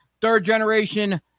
third-generation